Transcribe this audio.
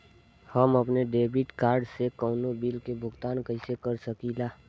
हम अपने debit card से कउनो बिल के भुगतान कइसे कर सकीला?